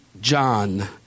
John